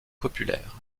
populaires